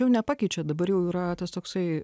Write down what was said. jau nepakeičia dabar jau yra tas toksai